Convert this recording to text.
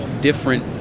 different